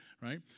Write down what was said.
right